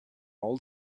all